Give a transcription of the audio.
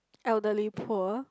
elderly poor